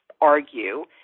argue